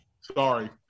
sorry